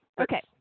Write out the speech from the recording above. Okay